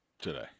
today